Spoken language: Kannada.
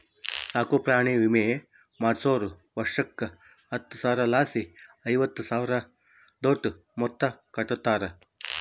ಸಾಕುಪ್ರಾಣಿ ವಿಮೆ ಮಾಡಿಸ್ದೋರು ವರ್ಷುಕ್ಕ ಹತ್ತರಲಾಸಿ ಐವತ್ತು ಸಾವ್ರುದೋಟು ಮೊತ್ತ ಕಟ್ಟುತಾರ